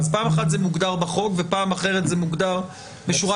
פעם אחת זה מוגדר בחוק ופעם אחרת זה מוגדר בשורת